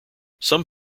some